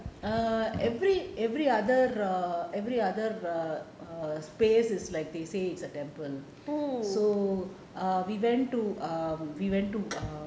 err every every other err every other the err space is like they say is a temple so err we went to um we went to um